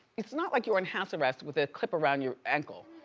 it's not like you're on house arrest with a clip around your ankle.